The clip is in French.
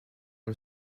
par